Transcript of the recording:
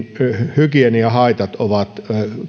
hygieniahaitat ovat